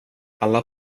alla